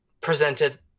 presented